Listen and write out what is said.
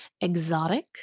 Exotic